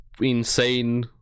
insane